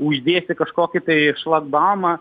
uždėsi kažkokį tai šlagbaumą